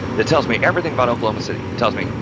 it tells me everything about oklahoma city, tells me,